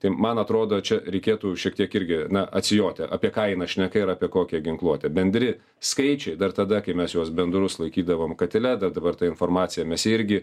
tai man atrodo čia reikėtų šiek tiek irgi na atsijoti apie ką eina šneka ir apie kokią ginkluotę bendri skaičiai dar tada kai mes juos bendrus laikydavom katile dabar tą informaciją mes irgi